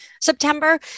September